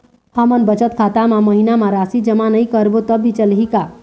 हमन बचत खाता मा महीना मा राशि जमा नई करबो तब भी चलही का?